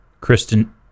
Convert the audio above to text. Kristen